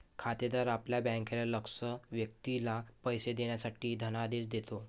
खातेदार आपल्या बँकेला लक्ष्य व्यक्तीला पैसे देण्यासाठी धनादेश देतो